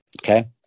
Okay